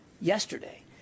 yesterday